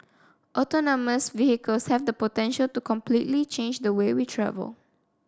autonomous vehicles have the potential to completely change the way we travel